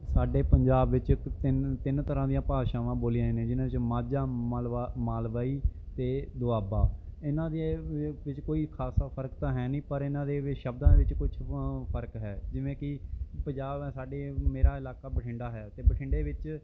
ਸਾਡੇ ਪੰਜਾਬ ਵਿੱਚ ਤਿੰਨ ਤਿੰਨ ਤਰ੍ਹਾਂ ਦੀਆਂ ਭਾਸ਼ਾਵਾਂ ਬੋਲੀਆਂ ਜਾਂਦੀਆਂ ਜਿਨ੍ਹਾਂ 'ਚ ਮਾਝਾ ਮਾਲਵਾ ਮਾਲਵਈ ਅਤੇ ਦੁਆਬਾ ਇਨ੍ਹਾਂ ਦੇ ਵਿੱਚ ਕੋਈ ਖ਼ਾਸਾ ਫ਼ਰਕ ਤਾਂ ਹੈ ਨਹੀਂ ਪਰ ਇਹਨਾਂ ਦੇ ਸ਼ਬਦਾਂ ਵਿੱਚ ਕੁਝ ਫ਼ਰਕ ਹੈ ਜਿਵੇਂ ਕਿ ਪੰਜਾਬ ਹੈ ਸਾਡੇ ਮੇਰਾ ਇਲਾਕਾ ਬਠਿੰਡਾ ਹੈ ਅਤੇ ਬਠਿੰਡੇ ਵਿੱਚ